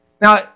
Now